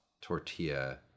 tortilla